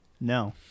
no